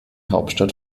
hauptstadt